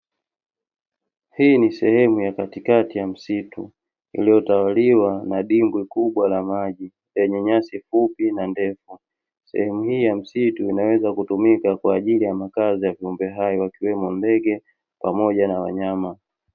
Hii ni sehemu ya katikati ya msitu iliyotawaliwa na dimbwi kubwa la maji lenye nyasi fupi na ndefu. Sehemu hii ya msitu inaweza kutumika kwa makazi ya viumbe hai wakiwemo ndege pamoja na wanyama.